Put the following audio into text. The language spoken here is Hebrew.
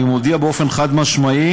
אני מודיע באופן חד-משמעי,